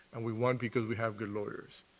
and we won because we have good lawyers.